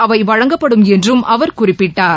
அவைவழங்கப்படும் என்றும் அவர் குறிப்பிட்டார்